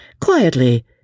quietly